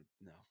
No